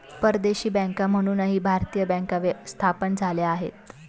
परदेशी बँका म्हणूनही भारतीय बँका स्थापन झाल्या आहेत